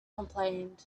complained